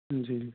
جی